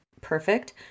perfect